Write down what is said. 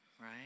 right